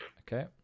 Okay